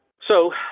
so.